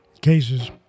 cases